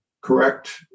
Correct